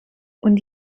und